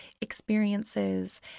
experiences